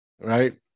right